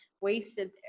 wasted